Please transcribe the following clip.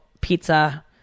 pizza